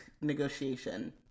negotiation